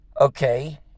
Okay